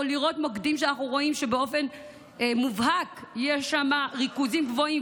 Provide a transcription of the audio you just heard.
או לראות מוקדים שאנחנו רואים שבאופן מובהק יש שם ריכוזים גבוהים,